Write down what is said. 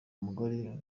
mugari